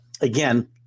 Again